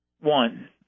One